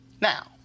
Now